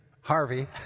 Harvey